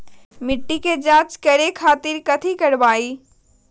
मिट्टी के जाँच करे खातिर कैथी करवाई?